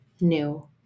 new